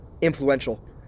influential